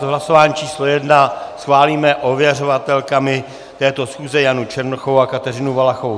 V hlasování číslo 1 schválíme ověřovatelkami této schůze Janu Černochovou a Kateřinu Valachovou.